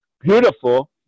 beautiful